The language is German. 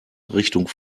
richtung